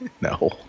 No